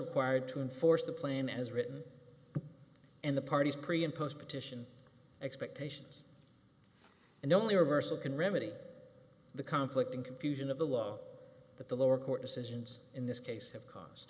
required to enforce the plan as written and the parties pre and post petition expectations and only reversal can remedy the conflict and confusion of the law that the lower court decisions in this case have ca